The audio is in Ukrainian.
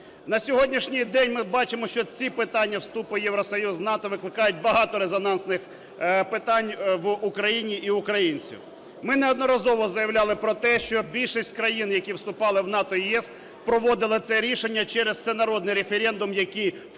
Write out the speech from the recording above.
На сьогоднішній день ми бачимо, що ці питання вступу в Євросоюз і НАТО викликають багато резонансних питань в Україні і українців. Ми неодноразово заявляли про те, що більшість країн, які вступали в НАТО і ЄС, проводили це рішення через всенародний референдум, який в